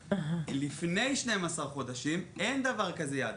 האוטו; אבל לפני 12 חודשים אין דבר כזה "יד".